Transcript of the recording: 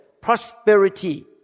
prosperity